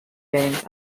games